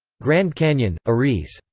grand canyon, ariz.